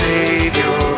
Savior